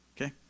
okay